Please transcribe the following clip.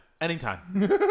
Anytime